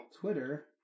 Twitter